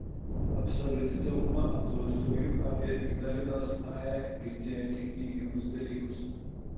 absoliuti dauguma apklaustųjų apie ignalinos ae girdėjo tik neigiamus dalykus